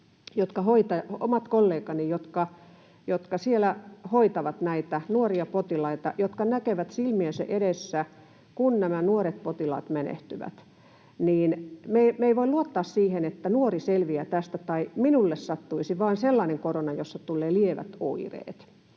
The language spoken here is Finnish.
omat kollegani, jotka siellä hoitavat näitä nuoria potilaita, näkevät silmiensä edessä, kun nämä nuoret potilaat menehtyvät. Me emme voi luottaa siihen, että nuori selviää tästä tai että minulle sattuisi vain sellainen korona, jossa tulee lievät oireet.